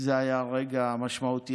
זה היה רגע משמעותי.